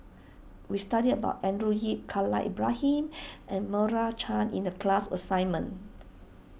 we studied about Andrew Yip Khalil Ibrahim and Meira Chand in the class assignment